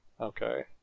Okay